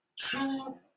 two